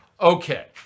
Okay